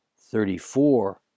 thirty-four